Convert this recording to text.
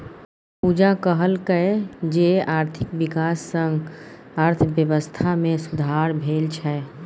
पूजा कहलकै जे आर्थिक बिकास सँ अर्थबेबस्था मे सुधार भेल छै